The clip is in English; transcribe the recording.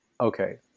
Okay